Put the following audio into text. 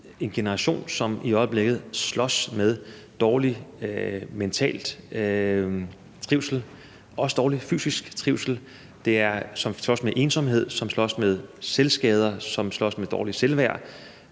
en generation, som i øjeblikket slås med dårlig mental trivsel og også dårlig fysisk trivsel; som slås med ensomhed; som slås med selvskader; som slås med dårligt selvværd,